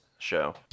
show